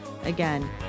Again